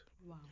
Wow